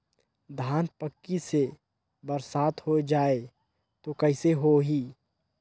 धान पक्की से बरसात हो जाय तो कइसे हो ही?